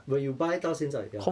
when you buy 到现在 ya